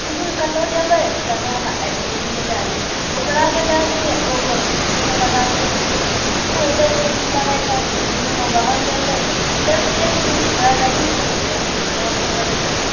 कोनो कतौ जेबै तऽ कहतै हमरा आइसक्रीम दिला दे ओकरा जे दए देलियै ओ गप छोटकी के पता चलि गेलै तऽ ओहिला ओ दुनू लड़ाइ करतै दुनू मे बहस हेतै तऽ एकदिन ओकरा देलहुॅं तऽ दोसर दिन ओकरा दै परै छै